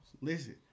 Listen